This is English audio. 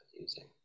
using